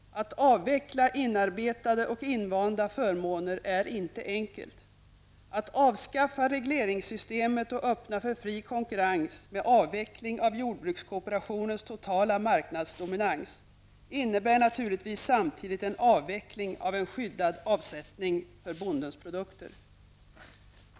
Att avveckla inarbetade och invanda förmåner är inte enkelt. Att avskaffa regleringssystemet och öppna för fri konkurrens med avveckling av jordbrukskooperationens totala marknadsdominans innebär naturligtvis samtidigt en avveckling av en skyddad avsättning för bondens produkter.